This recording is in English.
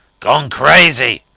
gone crazy,